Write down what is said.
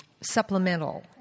supplemental